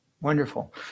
Wonderful